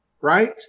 Right